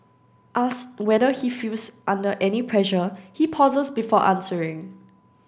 asked whether he feels under any pressure he pauses before answering